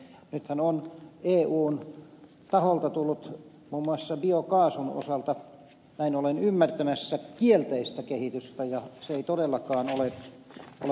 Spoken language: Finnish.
nythän on eun taholta tullut muun muassa biokaasun osalta näin olen ymmärtämässä kielteistä kehitystä ja se ei todellakaan ole ympäristöystävällistä